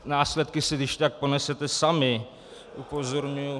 Následky když tak ponesete sami, upozorňují.